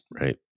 right